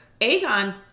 Aegon